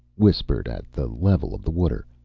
whispered at the level of the water.